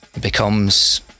becomes